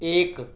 ایک